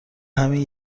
همین